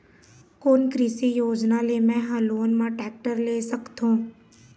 कोन कृषि योजना ले मैं हा लोन मा टेक्टर ले सकथों?